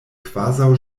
kvazaŭ